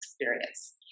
experience